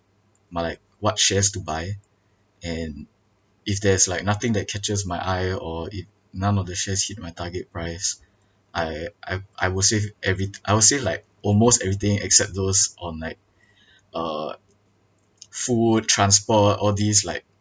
my like what shares to buy and if there is like nothing that catches my eye or if none of the shares hit my target price I I I will save everyt~ I will save like almost everything except those on like uh food transport all these like